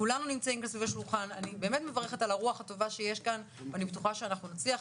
אני באמת מברכת על הרוח הטובה שיש כאן ואני בטוחה שנצליח.